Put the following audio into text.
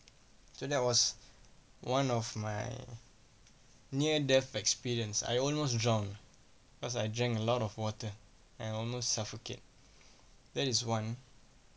so that was one of my near death experience I almost drown cause I drank a lot of water and almost suffocated that is one